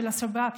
של השב"כ,